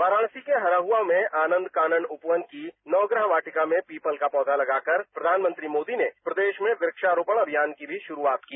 वाराणसी के हराज में आनंद कानन उपवन की नवग्रह वाटिका में पीपल का पौधा लगाकर प्रधानमंत्री मोदी ने प्रदेश में वृक्षा रोपण अभियान की भी शुरआत की